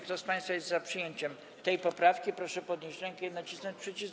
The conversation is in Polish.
Kto z państwa jest za przyjęciem tej poprawki, proszę podnieść rękę i nacisnąć przycisk.